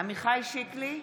עמיחי שיקלי,